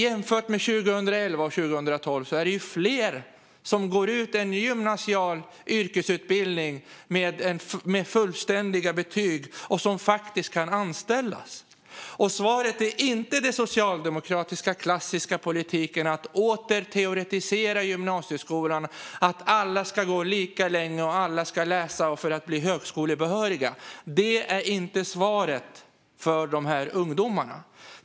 Jämfört med 2011 och 2012 är det ju fler som går ut en gymnasial yrkesutbildning med fullständiga betyg och som faktiskt kan anställas. Svaret är inte den klassiska socialdemokratiska politiken att åter teoretisera gymnasieskolan, att alla ska gå lika länge och att alla ska läsa för att bli högskolebehöriga. Det är inte svaret för dessa ungdomar.